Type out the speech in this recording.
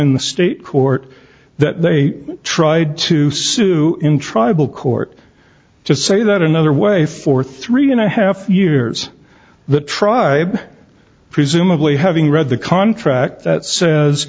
in the state court that they tried to sue in tribal court just say that another way for three and a half years the tribe presumably having read the contract that says